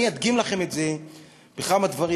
אני אדגים לכם את זה בכמה דברים,